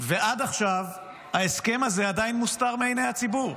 ועד עכשיו ההסכם הזה עדיין מוסתר מעיני הציבור.